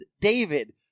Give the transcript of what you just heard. David